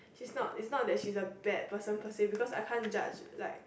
she's not is not that she's a bad person per se because I can't judge like